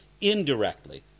indirectly